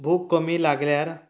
भूक कमी लागल्यार